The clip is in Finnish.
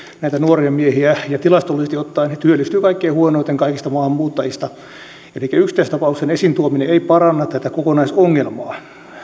näitä nuoria miehiä tilastollisesti ottaen he työllistyvät kaikkein huonoiten kaikista maahanmuuttajista yksittäisen tapauksen esiin tuominen ei paranna tätä kokonaisongelmaa